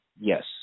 yes